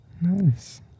Nice